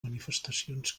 manifestacions